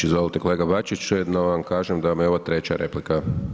Izvolite kolega Bačić, ujedno vam kažem da vam je ovo treća replika.